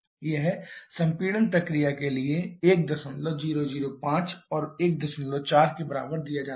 यह संपीड़न प्रक्रिया के लिए 1005 और 14 के बराबर दिया जाता है